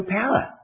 power